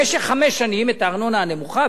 במשך חמש שנים את הארנונה הנמוכה,